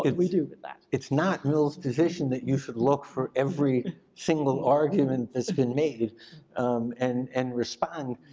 and we do with that? it's not mill's position that you should look for every single argument that's been made and and respond.